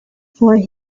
for